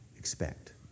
Expect